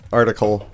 article